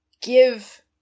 give